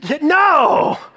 no